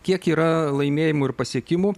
kiek yra laimėjimų ir pasiekimų